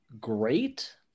great